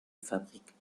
fabriquent